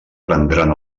prendran